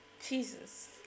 Jesus